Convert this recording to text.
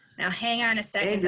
now hang on a second, yeah